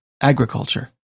agriculture